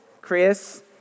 Chris